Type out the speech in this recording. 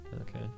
Okay